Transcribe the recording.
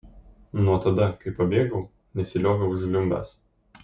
nuo tada kai pabėgau nesilioviau žliumbęs